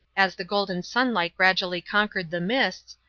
as the golden sunlight gradually conquered the mists,